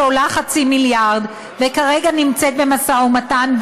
שעולה חצי מיליארד וכרגע נמצאת במשא-ומתן,